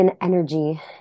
energy